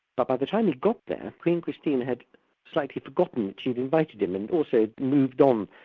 but by the time he got there, queen christina had slightly forgotten she'd invited him, and also had moved on.